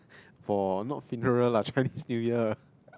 for not funeral lah Chinese-New-Year